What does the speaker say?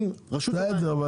בסדר,